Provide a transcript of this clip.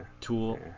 tool